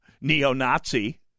neo-Nazi